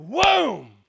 Boom